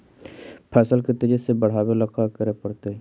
फसल के तेजी से बढ़ावेला का करे पड़तई?